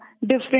different